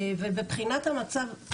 ובבחינת המצב,